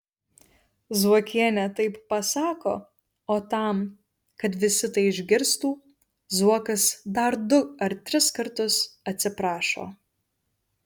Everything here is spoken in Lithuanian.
zuokienė taip pasako o tam kad visi tai išgirstų zuokas dar du ar tris kartus atsiprašo